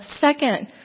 second